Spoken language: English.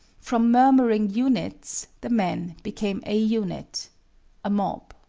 from murmuring units the men became a unit a mob.